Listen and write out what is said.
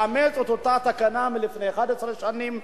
לאמץ את אותה תקנה מלפני 111 שנים,